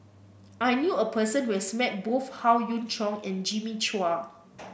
I knew a person who has met both Howe Yoon Chong and Jimmy Chua